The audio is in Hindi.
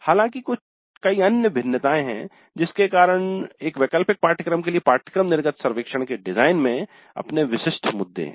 हालाँकि कई अन्य भिन्नताएं हैं जिसके कारण एक वैकल्पिक पाठ्यक्रम के लिए पाठ्यक्रम निर्गत सर्वेक्षण के डिजाइन में अपने विशिष्ट मुद्दे हैं